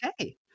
okay